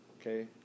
okay